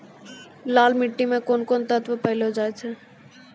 लाल मिट्टी मे कोंन कोंन तत्व पैलो जाय छै?